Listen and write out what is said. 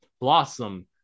Blossom